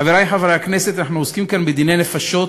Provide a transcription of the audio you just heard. חברי חברי הכנסת, אנחנו עוסקים כאן בדיני נפשות,